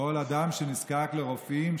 כל אדם שנזקק לרופאים,